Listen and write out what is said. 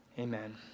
Amen